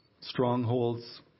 strongholds